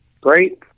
Great